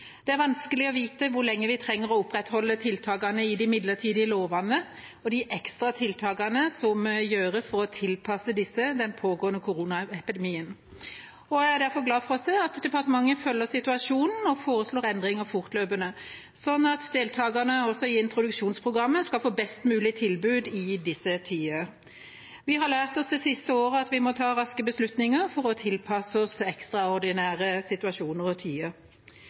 Det er vanskelig å vite hvor lenge vi trenger å opprettholde tiltakene i de midlertidige lovene og de ekstra tiltakene som gjøres for å tilpasse disse den pågående koronapandemien. Jeg er derfor glad for å se at departementet følger situasjonen og foreslår endringer fortløpende, sånn at deltakerne i introduksjonsprogrammet skal få best mulig tilbud i disse tider. Vi har lært oss det siste året at vi må ta raske beslutninger for å tilpasse oss ekstraordinære situasjoner og tider.